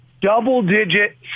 double-digit